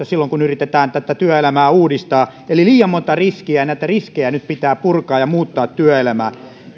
silloin kun yritetään työelämää uudistaa eli liian monta riskiä ja näitä riskejä nyt pitää purkaa ja muuttaa työelämää